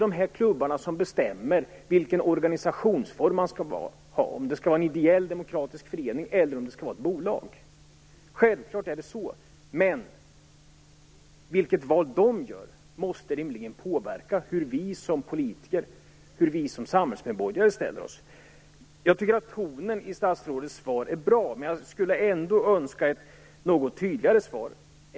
Dessa klubbar bestämmer vilken organisationsform de skall ha, om de skall vara ideella demokratiska föreningar eller om de skall vara bolag. Självfallet är det så. Men vilket val de gör måste rimligen påverka hur vi som politiker och samhällsmedborgare ställer oss. Tonen i statsrådets svar är bra, men jag önskar ett något tydligare svar.